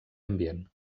ambient